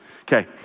Okay